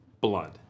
blood